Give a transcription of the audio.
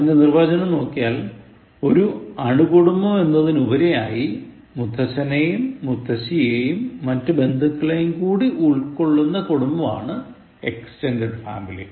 അതിന്റെ നിർവചനം നോക്കിയാൽ "ഒരു അണു കുടുംബം എന്നതിനുപരിയായി മുത്തച്ഛനെയും മുത്തശ്ശിയും മറ്റ് ബന്ധുക്കളെയും കൂടി ഉൾക്കൊള്ളുന്നത കുടുംബമാണ്" എക്സ്റ്റെൻറ്ഡെഡ് ഫാമിലി